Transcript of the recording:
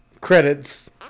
Credits